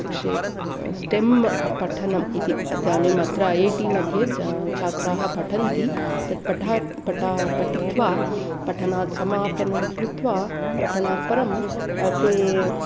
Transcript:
क्षे स्टेम् पठनम् इति इदानीम् अत्र ऐ ऐ टिमध्ये च छात्राः पठन्ति तत् पठात् पटा पठित्वा पठनात् समापनं कृत्वा पठनात् परं ते